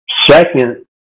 second